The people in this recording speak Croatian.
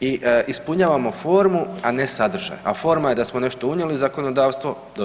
i ispunjavamo formu, a ne sadržaj, a forma je da smo nešto unijeli u zakonodavstvo, doslovno prepisali.